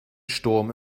sturm